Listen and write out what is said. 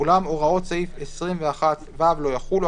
אולם הוראות סעיף 21(ו) לא יחולו".